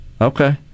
Okay